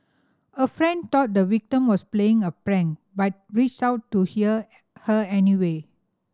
a friend thought the victim was playing a prank but reached out to hear her anyway